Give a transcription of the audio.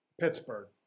Pittsburgh